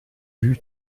vue